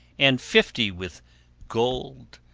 and fifty with gold,